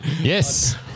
Yes